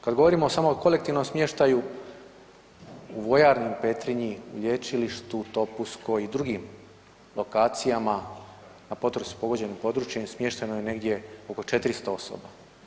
Kad govorimo samo o kolektivnom smještaju u vojarni u Petrinji, u Lječilištu u Topuskoj i drugim lokacijama na potresu pogođenim područjima smješteno je negdje oko 400 osoba.